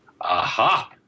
Aha